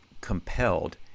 compelled